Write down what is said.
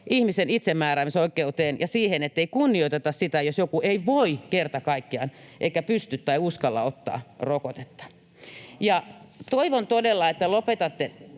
ihmisen itsemääräämisoikeuteen ja siihen, ettei kunnioiteta sitä, jos joku ei voi, kerta kaikkiaan, eikä pysty tai uskalla ottaa rokotetta? Toivon todella, että lopetatte